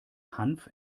hanf